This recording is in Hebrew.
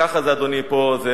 ככה זה, אדוני, פה.